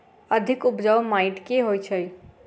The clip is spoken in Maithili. अधिक उपजाउ माटि केँ होइ छै?